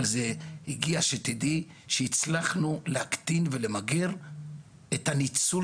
אבל שתדעי שהצלחנו להקטין ולמגר את ניצול